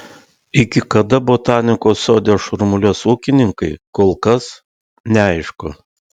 iki kada botanikos sode šurmuliuos ūkininkai kol kas neaišku